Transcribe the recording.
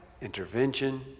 intervention